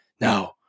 Now